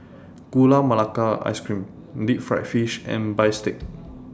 Gula Melaka Ice Cream Deep Fried Fish and Bistake